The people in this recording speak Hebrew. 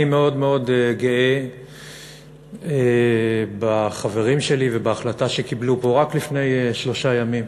אני מאוד גאה בחברים שלי ובהחלטה שקיבלו פה רק לפני שלושה ימים: